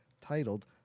titled